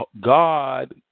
God